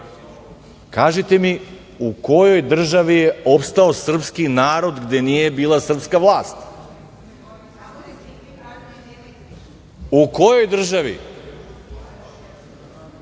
vlast? Kažite mi u kojoj državi je opstao srpski narod gde nije bila srpska vlast? U kojoj državi? Nemamo odgovor,